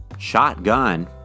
Shotgun